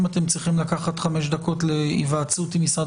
אם אתם צריכים לקחת חמש דקות להיוועצות עם משרד